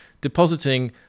depositing